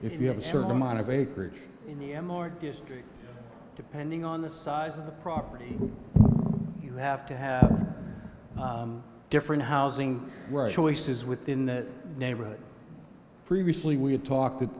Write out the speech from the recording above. if you have a certain amount of acreage depending on the size of the property you have to have different housing choices within that neighborhood previously we had talked that